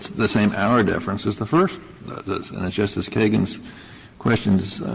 the same auer deference as the first, and justice kagan's questions